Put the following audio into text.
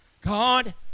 God